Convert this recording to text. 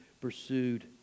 pursued